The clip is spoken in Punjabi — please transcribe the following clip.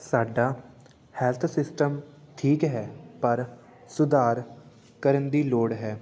ਸਾਡਾ ਹੈਲਥ ਸਿਸਟਮ ਠੀਕ ਹੈ ਪਰ ਸੁਧਾਰ ਕਰਨ ਦੀ ਲੋੜ ਹੈ